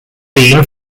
beam